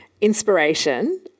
inspiration